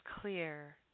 clear